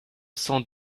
cent